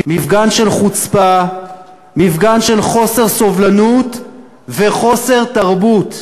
מפגן של חוצפה, מפגן של חוסר סובלנות וחוסר תרבות.